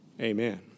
Amen